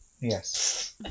yes